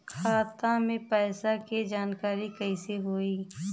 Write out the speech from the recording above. खाता मे पैसा के जानकारी कइसे होई?